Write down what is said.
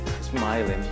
smiling